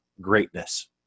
greatness